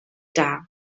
dar